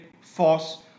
force